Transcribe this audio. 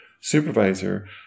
supervisor